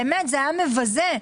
באמת, זז היה מבזה.